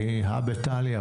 כי הא בהא תליא,